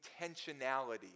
intentionality